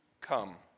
come